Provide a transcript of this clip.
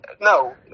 No